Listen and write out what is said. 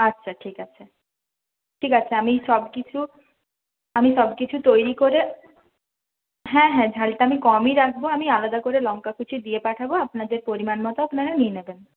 আচ্ছা ঠিক আছে ঠিক আছে আমি সবকিছু আমি সবকিছু তৈরি করে হ্যাঁ হ্যাঁ ঝালটা আমি কমই রাখব আমি আলাদা করে লঙ্কা কুঁচি দিয়ে পাঠাব আপনাদের পরিমাণ মতো আপনারা নিয়ে নেবেন